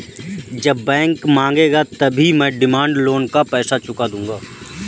जब बैंक मांगेगा तभी मैं डिमांड लोन का पैसा चुका दूंगा